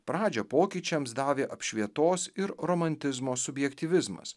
pradžią pokyčiams davė apšvietos ir romantizmo subjektyvizmas